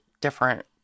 different